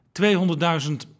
200.000